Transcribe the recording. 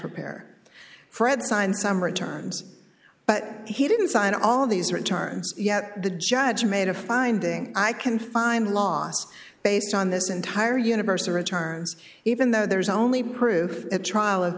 repair fred signed some returns but he didn't sign all of these returns yet the judge made a finding i can find lost based on this entire universe of returns even though there's only proof at trial of